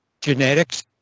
genetics